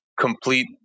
complete